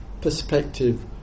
perspective